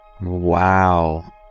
wow